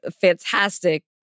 fantastic